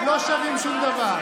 לא שווים שום דבר.